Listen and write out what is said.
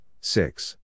six